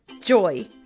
joy